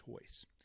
choice